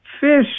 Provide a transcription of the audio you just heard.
fish